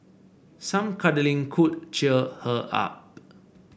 some cuddling could cheer her up